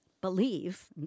believe